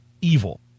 evil